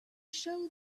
show